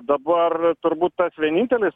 dabar turbūt tas vienintelis